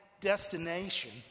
destination